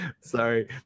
Sorry